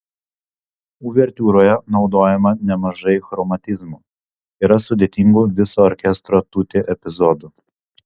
uvertiūroje naudojama nemažai chromatizmų yra sudėtingų viso orkestro tutti epizodų